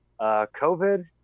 COVID